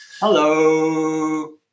hello